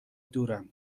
دورم